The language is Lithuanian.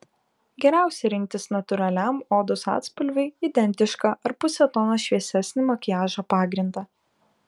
geriausia rinktis natūraliam odos atspalviui identišką ar puse tono šviesesnį makiažo pagrindą